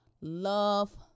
love